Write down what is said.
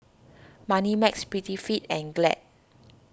Moneymax Prettyfit and Glad